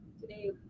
today